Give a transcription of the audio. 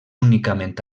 únicament